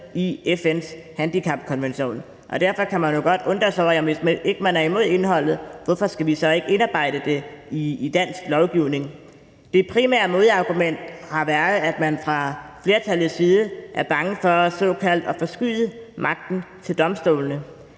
i FN's handicapkonvention. Derfor kan man jo godt undre sig over, at hvis man ikke er imod indholdet, hvorfor man så ikke mener, at vi skal indarbejde det i dansk lovgivning. Det primære modargument har været, at man fra flertallets side er bange for så at sige at forskyde magten til domstolene.